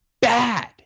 bad